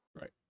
Right